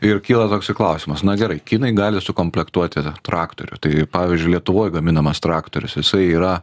ir kyla toksai klausimas na gerai kinai gali sukomplektuoti tą traktorių tai pavyzdžiui lietuvoj gaminamas traktorius jisai yra